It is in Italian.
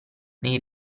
nei